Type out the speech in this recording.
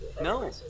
No